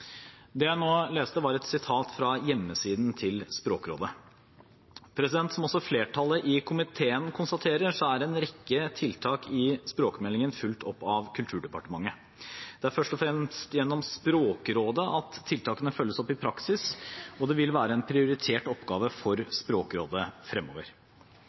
Det jeg nå leste, var et sitat fra hjemmesiden til Språkrådet. Som også flertallet i komiteen konstaterer, er en rekke tiltak i språkmeldingen fulgt opp av Kulturdepartementet. Det er først og fremst gjennom Språkrådet at tiltakene følges opp i praksis, og det vil være en prioritert oppgave for Språkrådet fremover.